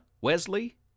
Wesley